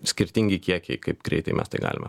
skirtingi kiekiai kaip greitai mes tai galime